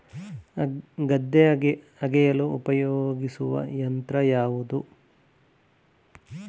ಗದ್ದೆ ಅಗೆಯಲು ಉಪಯೋಗಿಸುವ ಯಂತ್ರ ಯಾವುದು?